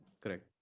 Correct